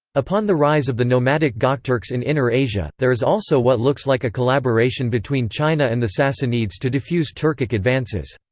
upon the rise of the nomadic gokturks in inner asia, there is also what looks like a collaboration between china and the sassanids to defuse turkic advances.